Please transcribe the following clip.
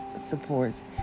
supports